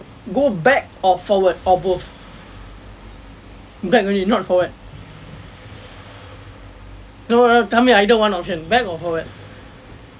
go back or forward or both back already not forward no no tell me either one option go forward or go back